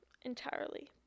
entirely